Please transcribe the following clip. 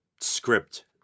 script